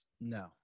No